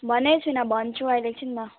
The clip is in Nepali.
भनेको छुइनँ भन्छु अहिले एक छिनमा